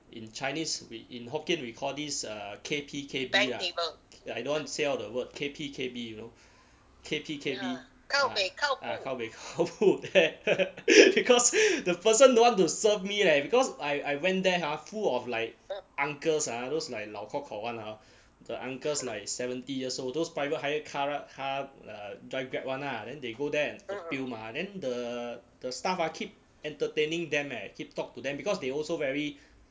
in chinese we in hokkien we call this err K_P_K_B ah ya I don't want to say out the word K_P_K_B you know K_P_K_B ah kao pei kao bu then because the person don't want to serve me leh because I I went there ha full of like uncles ah those like 老 kok kok [one] ah the uncles like seventy years old those private hire car ri~ car err drive grab [one] ah then they go there and appeal mah then the the staff ah keep entertaining them eh keep talk to them because they also very